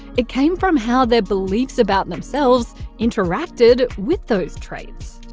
it came from how their beliefs about themselves interacted with those traits.